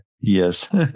Yes